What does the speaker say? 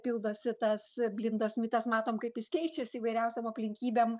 pildosi tas blindos mitas matom kaip jis keičiasi įvairiausiom aplinkybėm